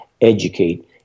educate